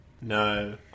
No